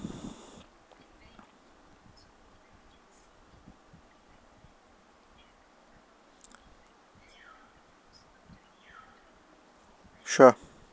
sure